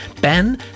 Ben